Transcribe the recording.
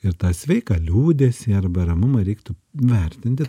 ir tą sveiką liūdesį arba ramumą reiktų vertinti